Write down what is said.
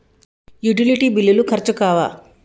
Utility బిల్లులు ఖర్చు కావా?